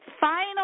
final